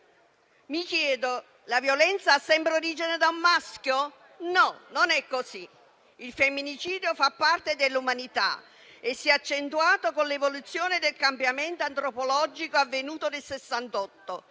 Mi chiedo: la violenza ha sempre origine da un maschio? No, non è così. Il femminicidio fa parte dell'umanità e si è accentuato con l'evoluzione del cambiamento antropologico avvenuto nel